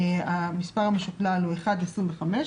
המספר המשוקלל הוא 1.25,